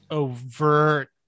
overt